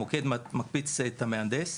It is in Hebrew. המוקד מקפיץ את המהנדס.